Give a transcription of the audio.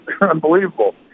unbelievable